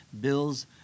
Bill's